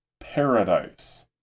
paradise